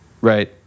right